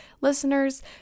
listeners